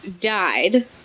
died